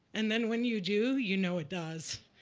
and then when you do, you know it does.